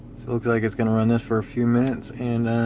looks like it's gonna run this for a few minutes, and